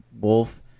wolf